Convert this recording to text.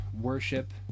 worship